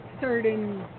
certain